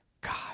God